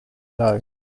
low